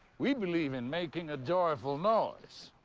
we believe in making a joyful noise.